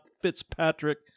Fitzpatrick